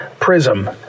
prism